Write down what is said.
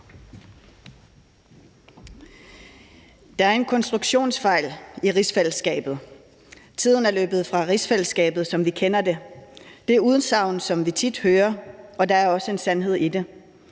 Der er en konstruktionsfejl i rigsfællesskabet. Tiden er løbet fra rigsfællesskabet, som vi kender det. Det er udsagn, som man tit hører, og der er også en sandhed i det.